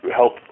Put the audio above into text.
help